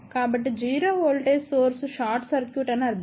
కాబట్టి 0 voltage source short circuit అని అర్ధం